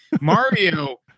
mario